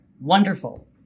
wonderful